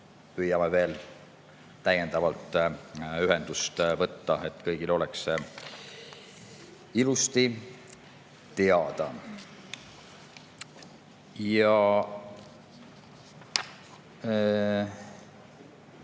püüame veel täiendavalt ühendust võtta, et kõigile oleks see ilusti teada. Ja